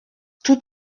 tout